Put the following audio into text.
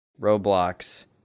Roblox